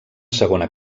segona